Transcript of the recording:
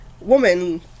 woman